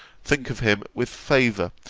think of him with favour,